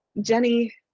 Jenny